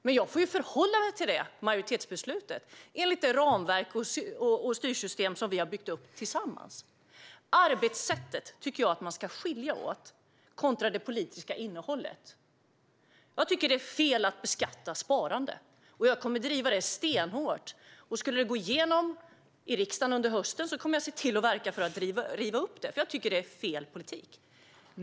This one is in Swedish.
Men jag får förhålla mig till det majoritetsbeslutet enligt det ramverk och styrsystem som vi har byggt tillsammans. Jag tycker att man ska skilja på arbetssätt kontra det politiska innehållet. Det är fel att beskatta sparande, och jag kommer att driva den frågan stenhårt. Om det beslutet går igenom i riksdagen under hösten kommer jag att verka för att det ska rivas upp. Det är fel politik.